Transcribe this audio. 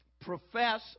profess